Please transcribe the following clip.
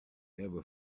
ever